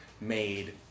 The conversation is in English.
made